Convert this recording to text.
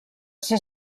ser